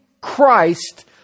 Christ